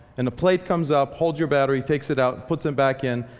and a plate comes up, holds your battery, takes it out, puts it back in,